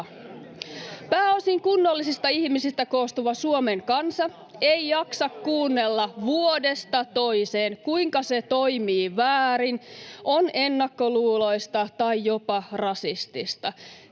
voi olla tässä mukana?] ei jaksa kuunnella vuodesta toiseen, kuinka se toimii väärin, on ennakkoluuloista tai jopa rasistista.